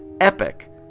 epic